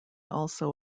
also